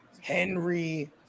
Henry